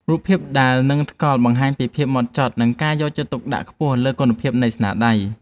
រូបភាពដែលនឹងថ្កល់បង្ហាញពីភាពហ្មត់ចត់ និង ការយកចិត្តទុកដាក់ខ្ពស់លើគុណភាពនៃស្នាដៃ។